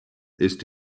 ist